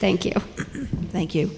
thank you thank you